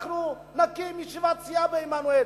אנחנו נקיים ישיבת סיעה בעמנואל.